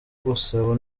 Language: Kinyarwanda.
gusaba